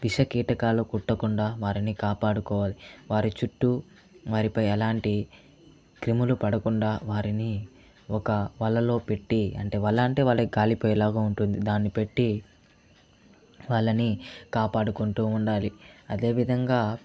విష కీటకాలు కుట్టకుండా వారిని కాపాడుకోవాలి వారి చుట్టూ వారిపై ఎలాంటి క్రిములు పడకుండా వారిని ఒక వలలో పెట్టి అంటే వల అంటే వల గాలి పోయేలాగా ఉంటుంది దాన్ని పెట్టి వాళ్ళని కాపాడుకుంటూ ఉండాలి అదేవిధంగా